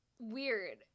weird